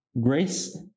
Grace